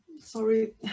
Sorry